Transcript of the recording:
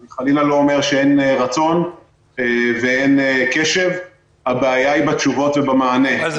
אני חלילה לא אומר שאין רצון ואין קשב אבל הבעיה היא בתשובות ובמענה.